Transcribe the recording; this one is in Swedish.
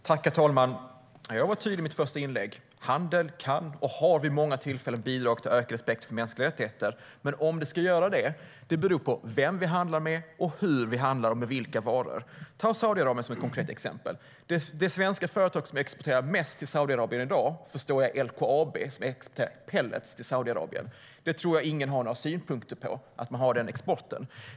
Herr talman! Jag var tydlig i mitt första inlägg. Handel kan bidra och har vid många tillfällen bidragit till ökad respekt för mänskliga rättigheter. Men om den ska göra det beror det på vem vi handlar med, hur vi handlar och med vilka varor. Vi kan ta Saudiarabien som ett konkret exempel. Det svenska företag som exporterar mest till Saudiarabien i dag är LKAB som exporterar pellets till Saudiarabien. Jag tror inte att någon har några synpunkter på att man har den exporten.